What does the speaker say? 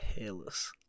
hairless